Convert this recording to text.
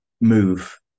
move